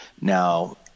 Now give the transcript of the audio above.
Now